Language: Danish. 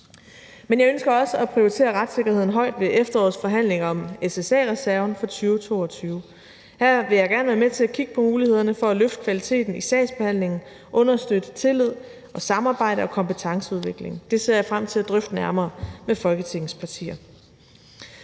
Men jeg ønsker også at prioritere retssikkerheden højt ved efterårets forhandlinger om SSA-reserven for 2022. Her vil jeg gerne være med til at kigge på mulighederne for at løfte kvaliteten i sagsbehandlingen, understøtte tillid og samarbejde og kompetenceudvikling. Det ser jeg frem til at drøfte nærmere med Folketingets partier.